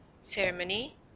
Ceremony